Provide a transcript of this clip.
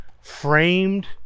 framed